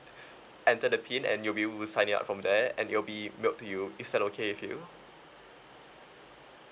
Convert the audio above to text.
enter the pin and you'll be signing up from there and it'll be mailed to you is that okay with you